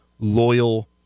loyal